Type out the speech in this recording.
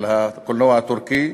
של הקולנוע הטורקי,